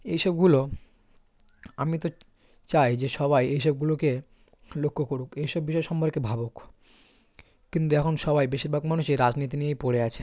এই সবগুলো আমি তো চাই যে সবাই এই সবগুলোকে লক্ষ্য করুক এসব বিষয় সম্পর্কে ভাবুক কিন্তু এখন সবাই বেশিরভাগ মানুষই রাজনীতি নিয়েই পড়ে আছে